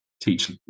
teach